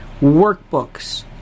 Workbooks